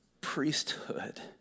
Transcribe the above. priesthood